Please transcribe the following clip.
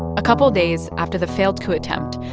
a couple days after the failed coup attempt,